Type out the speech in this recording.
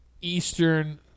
Eastern